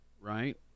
right